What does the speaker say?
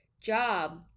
job